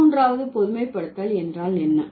பதின்மூன்றாவது பொதுமைப்படுத்தல் என்றால் என்ன